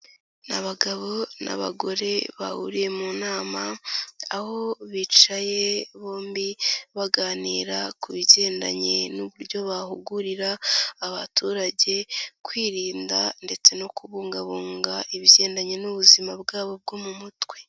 Ni abagabo n'abagore bahuriye mu nama aho bicaye bombi baganira ku bigendanye n'uburyo bahugurira abaturage kwirinda ndetse no kubungabunga ibigendanye n'ubuzima bwabo bwo mu mutwe.